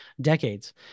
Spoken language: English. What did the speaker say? decades